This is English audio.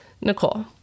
Nicole